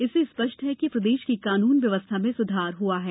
इससे स्पष्ट है कि प्रदेश की कानून में व्यवस्था में सुधार हुआ है